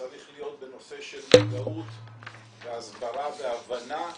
צריך להיות בנושא של מודעות והסברה והבנה.